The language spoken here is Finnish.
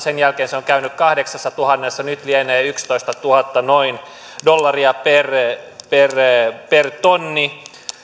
sen jälkeen se on käynyt kahdeksassatuhannessa nyt lienee noin yksitoistatuhatta dollaria per per tonni